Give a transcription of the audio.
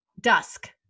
Dusk